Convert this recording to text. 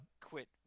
quit